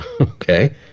okay